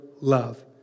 love